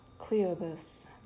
Cleobus